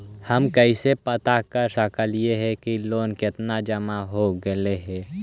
हम कैसे पता कर सक हिय की लोन कितना जमा हो गइले हैं?